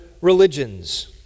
religions